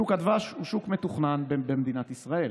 שוק דבש הוא שוק מתוכנן במדינת ישראל.